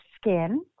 skin